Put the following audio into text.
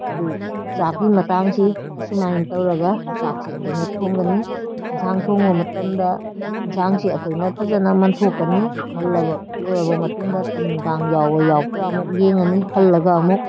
ꯑꯗꯨ ꯆꯥꯛꯀꯤ ꯃꯇꯥꯡꯁꯤ ꯑꯁꯨꯃꯥꯏ ꯇꯧꯔꯒ ꯆꯥꯛꯁꯤ ꯑꯩꯈꯣꯏꯅ ꯊꯣꯡꯒꯅꯤ ꯏꯟꯁꯥꯡ ꯊꯣꯡꯕ ꯃꯇꯝꯗ ꯏꯟꯁꯥꯡꯁꯤ ꯑꯩꯈꯣꯏꯅ ꯐꯖꯅ ꯃꯟꯊꯣꯛꯀꯅꯤ ꯃꯜꯂꯕ ꯂꯣꯏꯔꯕ ꯃꯇꯨꯡꯗ ꯇꯤꯟ ꯀꯥꯡ ꯌꯥꯎꯕ꯭ꯔꯥ ꯌꯥꯎꯗ꯭ꯔꯥ ꯌꯦꯡꯉꯅꯤ ꯍꯜꯂꯒ ꯑꯃꯨꯛ